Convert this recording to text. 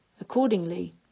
Accordingly